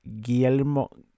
Guillermo